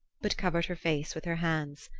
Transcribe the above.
but covered her face with her hands.